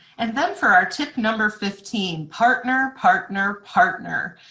and then for our tip number fifteen, partner, partner, partner.